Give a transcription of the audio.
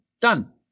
Done